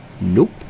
Nope